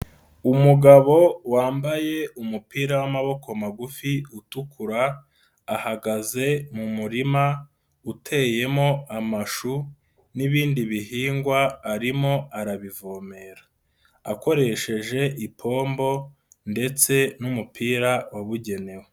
Umugabo wambaye umupira w'amaboko magufi utukura, ahagaze mu murima uteyemo amashu n'ibindi bihingwa arimo arabivomera. Akoresheje ipombo ndetse n'umupira wabugenewe.